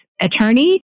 attorney